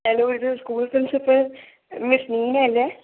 hello ഇത് school principal miss മീനയല്ലെ